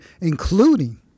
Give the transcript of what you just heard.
including